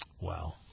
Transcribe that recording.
Wow